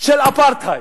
של אפרטהייד.